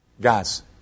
Guys